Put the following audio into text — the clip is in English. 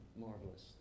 marvelous